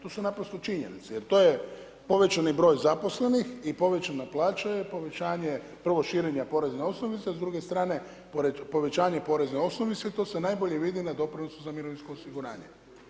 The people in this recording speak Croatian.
To su naprosto činjenice, jer to je povećani broj zaposlenih i povećana plaća je povećanje prvo širenja porezne osnovice, a s druge strane pored povećanje porezne osnovice, to e najbolje vidi na doprinosu za mirovinsko osiguranje.